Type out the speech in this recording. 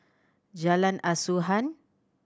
Jalan Asuhan